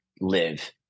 live